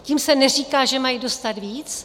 Tím se neříká, že mají dostat víc.